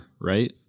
right